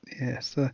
yes